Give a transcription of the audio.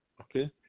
okay